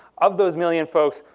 of those million folks,